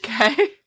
Okay